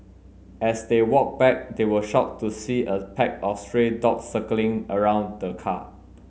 as they walked back they were shocked to see a pack of stray dogs circling around the car